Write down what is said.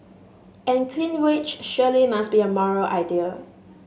and clean wage surely must be a moral idea